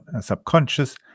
subconscious